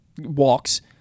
walks